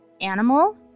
Animal